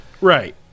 Right